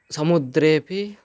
समुद्रेपि